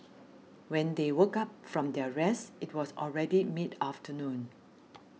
when they woke up from their rest it was already mid afternoon